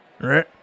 right